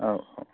औ औ